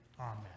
Amen